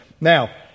Now